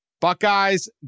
Buckeyes